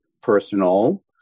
personal